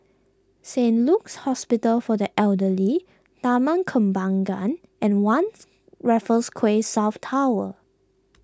Saint Luke's Hospital for the Elderly Taman Kembangan and one Raffles Quay South Tower